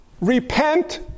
repent